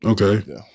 Okay